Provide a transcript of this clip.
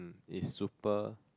is super